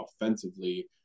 offensively